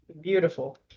Beautiful